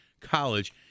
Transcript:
College